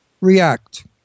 react